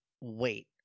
wait